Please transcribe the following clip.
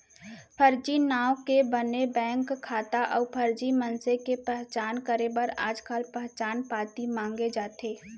फरजी नांव के बने बेंक खाता अउ फरजी मनसे के पहचान करे बर आजकाल पहचान पाती मांगे जाथे